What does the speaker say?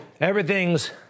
Everything's